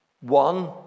One